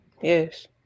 Yes